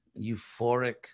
euphoric